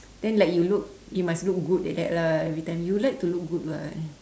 then like you look you must look good like that lah every time you like to look good [what]